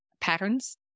patterns